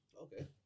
Okay